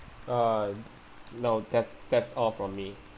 uh no that's that's all from me